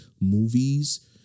movies